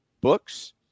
books